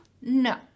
no